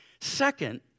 Second